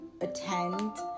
attend